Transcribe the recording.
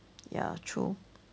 ya true